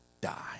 die